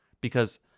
because-